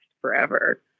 forever